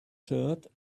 shirt